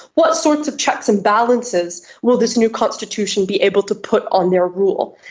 what sorts of checks and balances will this new constitution be able to put on their rule?